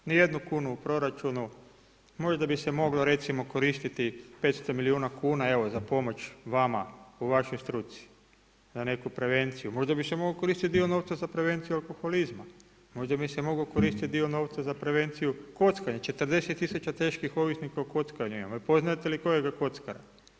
Ništa, nijednu kunu u proračunu, možda bi se moglo recimo koristiti 500 milijuna kuna za pomoć vama u vašoj struci za neku prevenciju, možda bi se mogao koristiti dio novca za prevenciju alkoholizma, možda bi se mogao koristiti dio novca za prevenciju kockanja, 40 000 teških ovisnika o kockanju imamo, poznajete li kojega kockara?